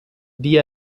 die